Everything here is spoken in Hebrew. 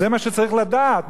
זה מה שצריך לדעת.